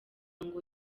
ngo